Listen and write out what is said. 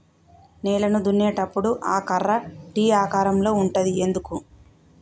నేలను దున్నేటప్పుడు ఆ కర్ర టీ ఆకారం లో ఉంటది ఎందుకు?